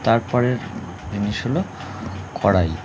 তারপরের জিনিস হল কড়াই